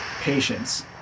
patience